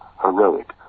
heroic